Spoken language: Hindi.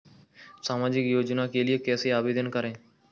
सामाजिक योजना के लिए कैसे आवेदन करें?